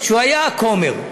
שהיה כומר,